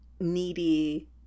needy